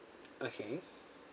okay